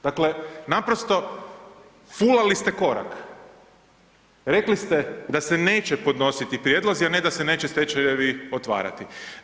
Dakle, naprosto fulali ste korak, rekli ste da se neće podnositi prijedlozi, a ne da se neće stečajevi otvarati.